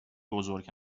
بزرگ